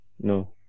No